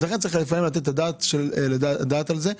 ולכן, צריך לתת את הדעת על זה.